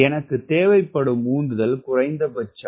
எனவே தேவைப்படும் உந்துதல் குறைந்தபட்சம்